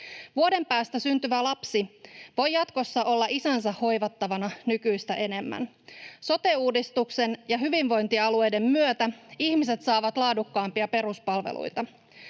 Vuoden päästä syntyvä lapsi voi jatkossa olla isänsä hoivattavana nykyistä enemmän. Sote-uudistuksen ja hyvinvointialueiden myötä ihmiset saavat laadukkaampia peruspalveluita.